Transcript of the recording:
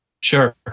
Sure